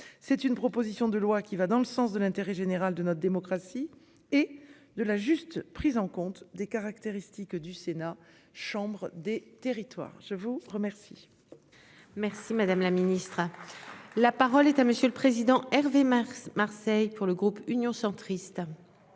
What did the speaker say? C'est une proposition de loi qui va dans le sens de l'intérêt général de notre démocratie et de la juste prise en compte des caractéristiques du Sénat chambre des territoires. Je vous remercie. Merci madame la ministre. La parole est à monsieur le président. Hervé Marseille, Marseille pour le groupe Union centriste.